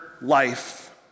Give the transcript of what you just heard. life